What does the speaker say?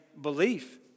belief